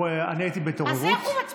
אני הייתי בהתעוררות, אז איך הוא מצביע נגד?